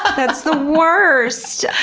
ah that's the worst!